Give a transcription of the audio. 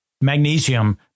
magnesium